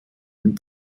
den